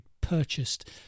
purchased